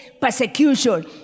persecution